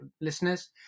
listeners